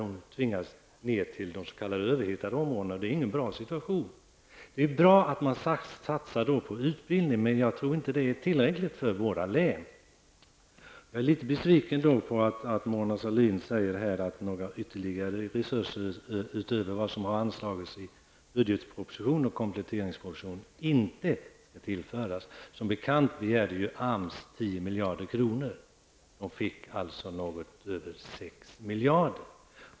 De tvingas ned till de s.k. överhettade områdena, och det är ingen bra situation. Det är bra att man då satsar på utbildning, men jag tror inte att det är tillräckligt för våra län. Jag är litet besviken över att Mona Sahlin här sade att resurser utöver vad som har anslagits i budgetpropositioen och kompletteringspropositionen inte skall tillföras. Som bekant begärde AMS 10 miljarder kronor och fick något över 6 miljarder.